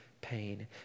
pain